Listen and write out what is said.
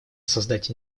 создать